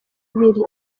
ibiri